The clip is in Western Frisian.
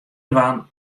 dwaan